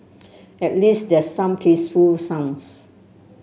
at least there some tasteful sounds